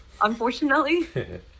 unfortunately